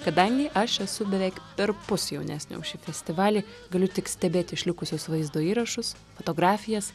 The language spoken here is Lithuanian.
kadangi aš esu beveik perpus jaunesnė už šį festivalį galiu tik stebėt išlikusius vaizdo įrašus fotografijas